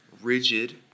rigid